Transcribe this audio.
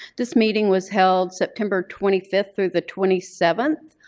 this meeting was held september twenty fifth through the twenty seventh.